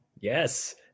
Yes